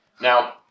Now-